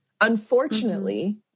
Unfortunately